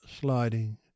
sliding